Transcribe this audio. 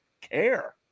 care